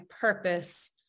purpose